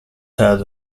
had